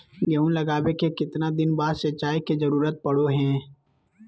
गेहूं लगावे के कितना दिन बाद सिंचाई के जरूरत पड़ो है?